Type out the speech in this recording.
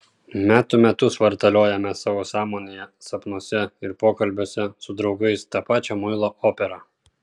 metų metus vartaliojame savo sąmonėje sapnuose ir pokalbiuose su draugais tą pačią muilo operą